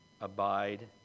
abide